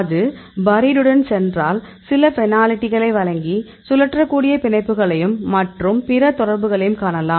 அது பரிடுடன் சென்றால் சில பெனால்டிகளை வழங்கி சுழற்றக்கூடிய பிணைப்புகளையும் மற்றும் பிற தொடர்புகளையும் காணலாம்